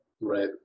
Right